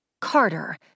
Carter